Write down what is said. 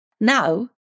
Now